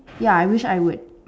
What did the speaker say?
ya I wish I would